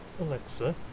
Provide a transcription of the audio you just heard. Alexa